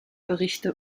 berichte